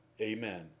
Amen